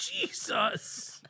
Jesus